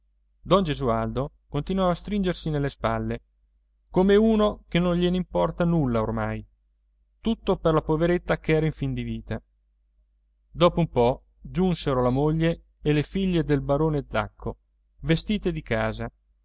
don gesualdo continuava a stringersi nelle spalle come uno che non gliene importa nulla oramai tutto per la poveretta ch'era in fin di vita dopo un po giunsero la moglie e le figlie del barone zacco vestite di casa